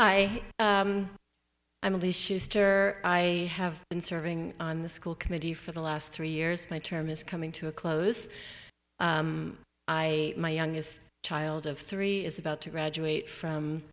am i have been serving on the school committee for the last three years my term is coming to a close eye my youngest child of three is about to graduate from